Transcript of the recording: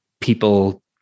people